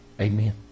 Amen